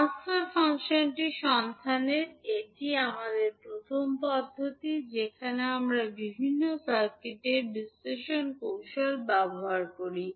transfer ফাংশনটি সন্ধানের এটি আমাদের প্রথম পদ্ধতি যেখানে আমরা বিভিন্ন সার্কিট বিশ্লেষণ কৌশল ব্যবহার করি